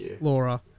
Laura